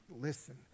listen